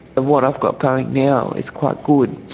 what i've got going now is quite good.